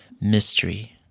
mystery